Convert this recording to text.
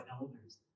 elders